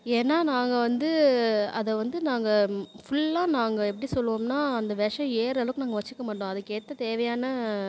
ஏனால் நாங்கள் வந்து அதை வந்து நாங்கள் ஃபுல்லாக நாங்கள் எப்படி சொல்லுவோம்னால் அந்த விஷம் ஏறுகிற அளவுக்கு நாங்கள் வச்சுக்க மாட்டோம் அதுக்கு ஏற்ற தேவையான